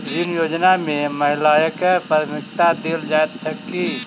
ऋण योजना मे महिलाकेँ प्राथमिकता देल जाइत छैक की?